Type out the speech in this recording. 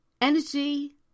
energy